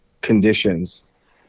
conditions